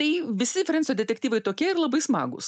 tai visi frensio detektyvai tokie ir labai smagūs